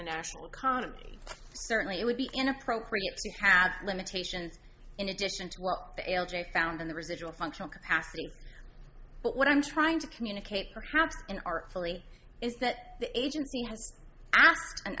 the national economy certainly it would be inappropriate to have limitations in addition to well the l j found in the residual functional capacity but what i'm trying to communicate perhaps in artfully is that the agency